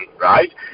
right